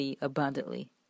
abundantly